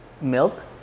milk